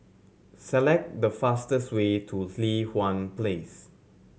select the fastest way to Li Hwan Place